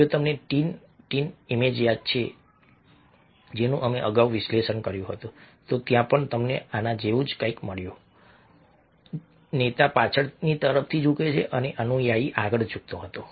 જો તમને Tintin image યાદ છે જેનું અમે અગાઉ વિશ્લેષણ કર્યું હતું તો ત્યાં પણ અમને આના જેવું જ કંઈક મળ્યું કે નેતા પાછળની તરફ ઝૂકે છે અને અનુયાયી આગળ ઝૂકતો હતો